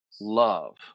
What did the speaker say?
love